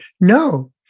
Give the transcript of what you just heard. no